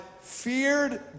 feared